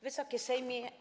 Wysokie Sejmie!